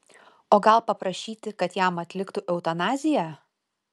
o gal paprašyti kad jam atliktų eutanaziją